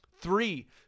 Three